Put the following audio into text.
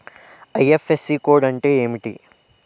IFSC code అంటే ఏంటి?